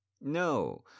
No